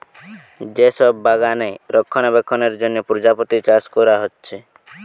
যে সব বাগানে রক্ষণাবেক্ষণের জন্যে প্রজাপতি চাষ কোরা হচ্ছে